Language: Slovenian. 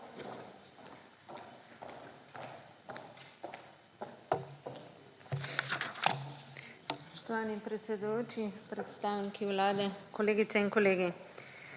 Spoštovani predsedujoči, predstavniki Vlade, kolegice in kolegi!